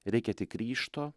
reikia tik ryžto